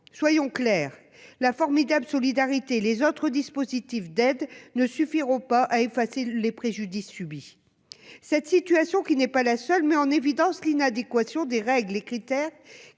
Soyons clairs : la formidable solidarité et les autres dispositifs d'aide ne suffiront pas à effacer les préjudices subis. Cette situation, qui n'est pas isolée, met en évidence l'inadéquation des règles et critères